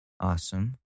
Awesome